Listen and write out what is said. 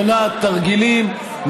מונעת תרגילים,